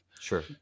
Sure